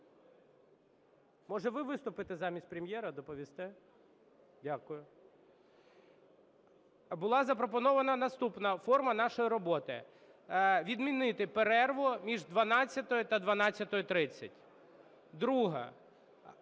Може, ви виступите замість Прем'єра, доповісте? Дякую. Була запропонована наступна форма нашої роботи: відмінити перерву між 12-ю та 12:30; друге